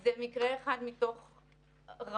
זה מקרה אחד מתוך רבים.